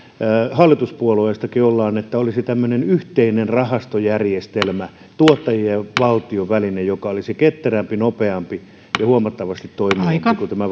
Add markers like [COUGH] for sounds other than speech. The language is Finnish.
hallituspuolueistakin tulee sitä että olisi tämmöinen yhteinen rahastojärjestelmä tuottajien ja valtion välinen joka olisi ketterämpi nopeampi ja huomattavasti toimivampi kuin tämä [UNINTELLIGIBLE]